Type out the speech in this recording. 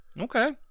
Okay